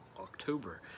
October